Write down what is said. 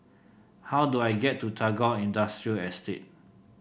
how do I get to Tagore Industrial Estate